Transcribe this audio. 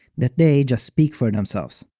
that they just speak for themselves.